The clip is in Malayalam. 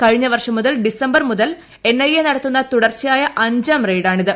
കഴിഞ്ഞ വർഷം ഡിസംബർ മുതൽ എൻ ഐ എ നടത്തുന്ന തുടർച്ചയായ അഞ്ചാം റെയ്ഡാണിത്